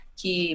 que